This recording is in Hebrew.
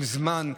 עם זמן.